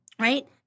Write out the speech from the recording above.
Right